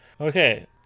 Okay